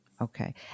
Okay